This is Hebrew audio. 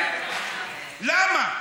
למה?